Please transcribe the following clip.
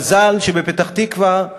המזל, שבפתח-תקווה,